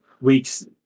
weeks